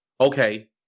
Okay